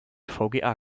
vga